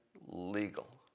legal